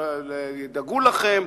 ידאגו לכם,